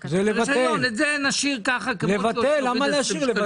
זה כבר בחירה שלו.